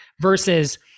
Versus